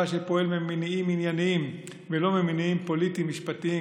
שפועל ממניעים ענייניים ולא ממניעים פוליטיים משפטיים,